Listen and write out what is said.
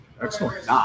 Excellent